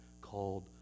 called